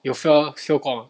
有 fail fail 过吗